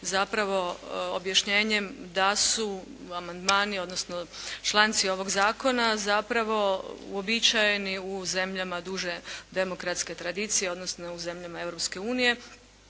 zapravo objašnjenjem da su amandmani, odnosno članci ovog zakona zapravo uobičajeni u zemljama duže demokratske tradicije, odnosno u zemljama Europske unije